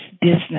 business